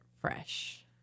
fresh